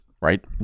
right